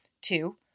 Two